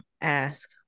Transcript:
ask